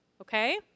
Okay